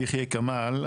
יחיא כמאל,